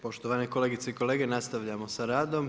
Poštovane kolegice i kolege, nastavljamo s radom.